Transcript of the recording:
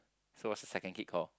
so what's the second kid call